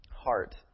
heart